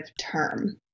term